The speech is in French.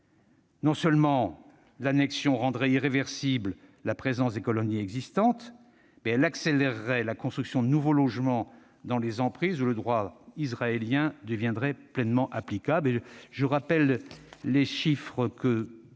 Non seulement l'annexion rendrait irréversible la présence des colonies existantes, mais elle accélérerait la construction de nouveaux logements dans les emprises, où le droit israélien deviendrait pleinement applicable.